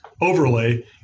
Overlay